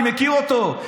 אני מכיר אותו,